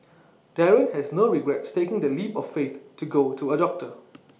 Darren has no regrets taking that leap of faith to go to A doctor